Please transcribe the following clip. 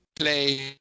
play